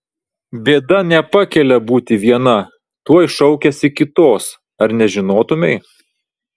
bėda nepakelia būti viena tuoj šaukiasi kitos ar nežinotumei